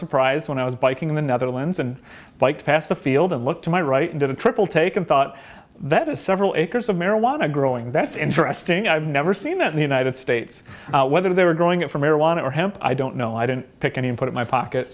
surprised when i was biking in the netherlands and biked past the field and looked to my right into the triple take and thought that is several acres of marijuana growing that's interesting i've never seen that in the united states whether they were growing it for marijuana or hemp i don't know i didn't pick any and put it my pocket